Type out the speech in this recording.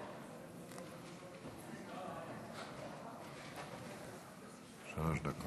שלוש דקות,